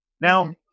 Now